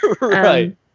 Right